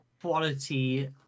quality